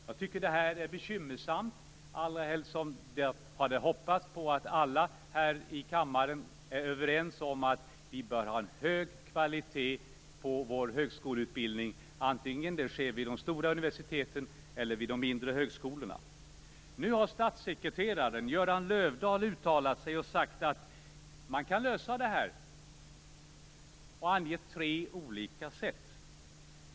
Jag tycker att detta är bekymmersamt, allra helst som jag hade hoppats på att alla här i kammaren skulle vara överens om att vi bör ha en hög kvalitet på vår högskoleutbildning, vare sig den sker vid de stora universiteten eller vid de mindre högskolorna. Nu har statssekreteraren Göran Löfdahl uttalat sig och sagt att man kan lösa detta och angett tre olika sätt.